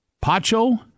Pacho